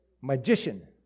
magician